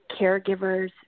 caregivers